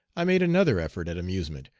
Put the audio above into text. i made another effort at amusement,